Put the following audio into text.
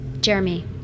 Jeremy